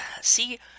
see